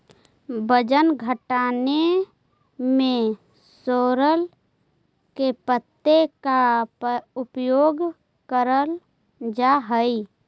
वजन घटाने में सोरल के पत्ते का उपयोग करल जा हई?